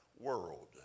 world